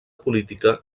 política